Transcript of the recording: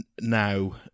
now